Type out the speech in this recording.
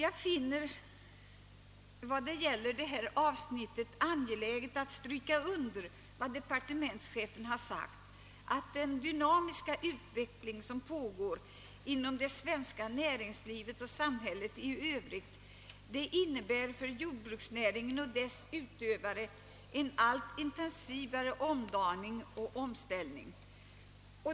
I detta avsnitt finner jag det angeläget att understryka vad departementschefen sagt: »Den dynamiska utveck ling som pågår inom det svenska näringslivet och samhället i övrigt innebär för jordbruksnäringen och dess utövare en allt intensivare omdaning och omställning.